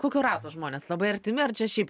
kokio rato žmonės labai artimi ar čia šiaip